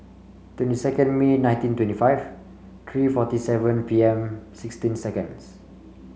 twenty second May nineteen twenty five three forty seven P M sixteen seconds